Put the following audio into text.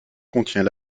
contient